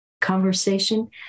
conversation